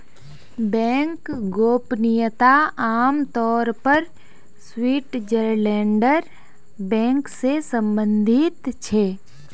bank गोपनीयता आम तौर पर स्विटज़रलैंडेर बैंक से सम्बंधित छे